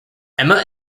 emma